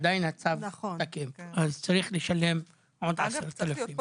עדיין הצו תקף אז צריך לשלם עוד 10,000. אגב צריך להיות פה